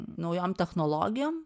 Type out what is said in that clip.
naujom technologijom